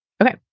Okay